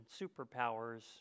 superpowers